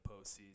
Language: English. postseason